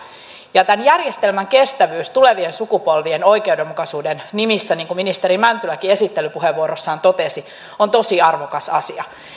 tämän järjestelmän kestävyys tulevien sukupolvien oikeudenmukaisuuden nimissä niin kuin ministeri mäntyläkin esittelypuheenvuorossaan totesi on tosi arvokas asia